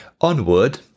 Onward